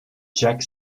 check